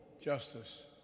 justice